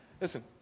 Listen